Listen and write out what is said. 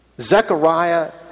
Zechariah